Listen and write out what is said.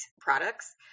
products